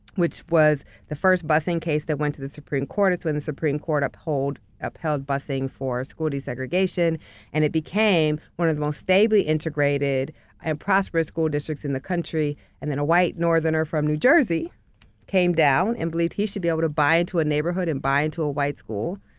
which was the first busing case that went to the supreme court, it's when the supreme court upheld busing for school desegregation and it became one of the most stably integrated and prosperous school districts in the country and then a white northerner from new jersey came down and believed he should be able to buy into a neighborhood and buy into a white school.